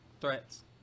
Threats